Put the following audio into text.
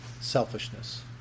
selfishness